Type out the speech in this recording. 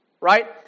right